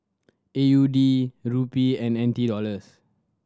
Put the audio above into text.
A U D Rupee and N T Dollars